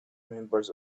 members